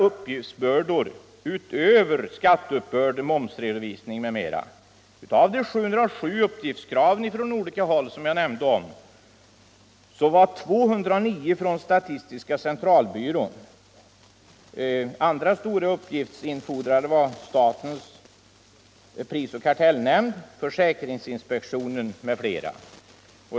Uppgiftsbördorna utöver skatteuppbörd, momsredovisning m.m. är faktiskt väldigt stora. Av de 707 uppgiftskrav från olika håll — som jag nämnde — var 209 från statistiska centralbyrån. Andra stora uppgiftsinfordrare var statens prisoch kartellnämnd, försäkringsinspektionen m.fl.